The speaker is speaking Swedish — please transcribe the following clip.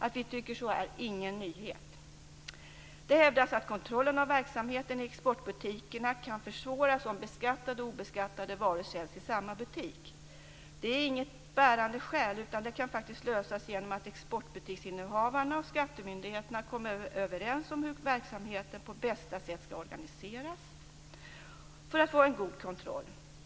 Att vi tycker så är ingen nyhet. Det hävdas att kontrollen av verksamheten i exportbutikerna kan försvåras om beskattade och obeskattade varor säljs i samma butik. Det är inget bärande skäl. Det problemet kan faktiskt lösas genom att exportbutiksinnehavaren och skattemyndigheterna kommer överens om hur verksamheten på bästa sätt skall organiseras för att man skall få en god kontroll.